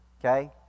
Okay